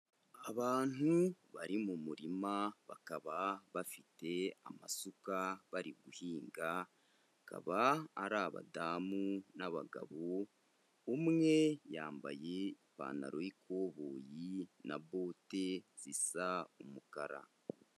Abantu bari mu murima bakaba bafite amasuka bari guhinga, bakaba ari abadamu n'abagabo, umwe yambaye ipantaro y'ikoboyi na bote zisa umukara.